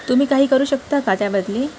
तुम्ही काही करू शकता का त्या बदली